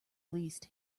least